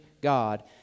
God